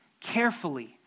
carefully